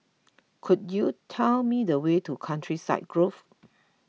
could you tell me the way to Countryside Grove